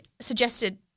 suggested